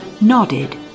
nodded